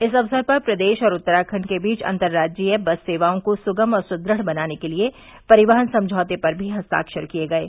इस अवसर पर प्रदेश और उत्तराखंड के बीच अतर्राज्यीय बस सेवाओं को सुगम और सुदृढ़ बनाने के लिए परिवहन समझौते पर भी हस्ताक्षर किये गये